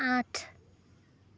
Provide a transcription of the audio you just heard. আঠ